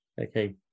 Okay